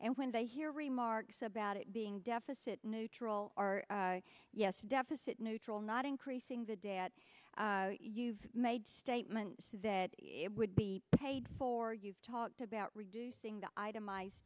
and when they hear remarks about it being deficit neutral are yes deficit neutral not increasing the debt you've made statement that it would be paid for you've talked about reducing the item